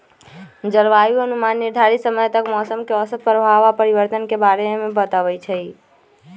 जलवायु अनुमान निर्धारित समय तक मौसम के औसत प्रभाव आऽ परिवर्तन के बारे में बतबइ छइ